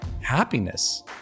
happiness